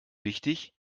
wichtig